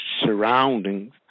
surroundings